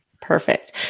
Perfect